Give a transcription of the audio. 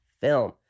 film